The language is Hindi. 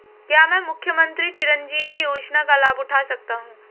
क्या मैं मुख्यमंत्री चिरंजीवी योजना का लाभ उठा सकता हूं?